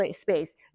space